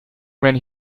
when